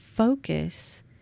focus